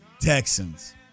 Texans